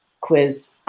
quiz